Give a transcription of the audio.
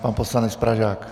Pan poslanec Pražák.